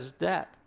debt